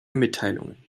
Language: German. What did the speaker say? mitteilungen